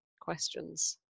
questions